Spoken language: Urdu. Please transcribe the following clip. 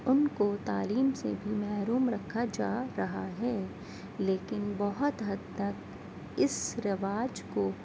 ان کو تعلیم سے بھی محروم رکھا جا رہا ہے لیکن بہت حد تک اس رواج کو